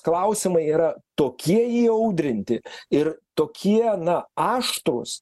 klausimai yra tokie įaudrinti ir tokie na aštrūs